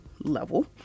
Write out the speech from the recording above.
level